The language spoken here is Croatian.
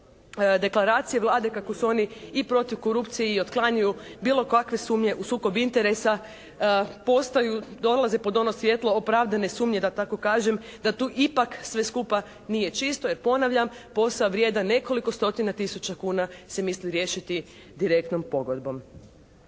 deklaracije Vlade kako su oni i protiv korupcije i otklanjaju bilo kakve sumnje u sukob interesa postaju, dolaze pod ono svjetlo opravdane sumnje da tako kažem da tu ipak sve skupa nije čisto. Jer ponavljam posao vrijedan nekoliko stotina tisuća kuna se misli riješiti direktnom pogodbom.